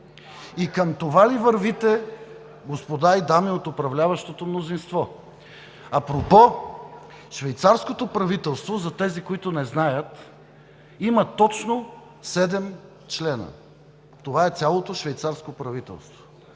И към това ли вървите, господа и дами от управляващото мнозинство? Апропо, швейцарското правителство, за тези, които не знаят, има точно седем члена. Това е цялото швейцарско правителство.